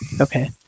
Okay